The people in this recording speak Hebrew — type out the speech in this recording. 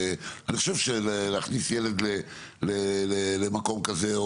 אני חושב שלהכניס ילד למקום כזה,